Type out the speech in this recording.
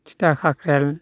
थिथा खाख्रेल